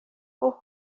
اوه